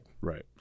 right